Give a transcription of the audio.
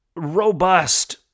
robust